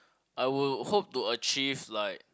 I will hope to achieve like